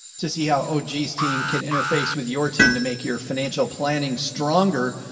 to see how og's team can interface with your team to make your financial planning stronger.